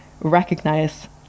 recognize